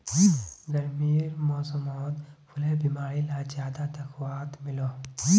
गर्मीर मौसमोत फुलेर बीमारी ला ज्यादा दखवात मिलोह